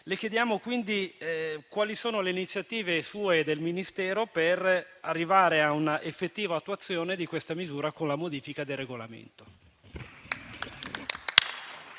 Le chiediamo quindi quali sono le iniziative, sue e del Ministero, per arrivare a un'effettiva attuazione di questa misura con la modifica del regolamento.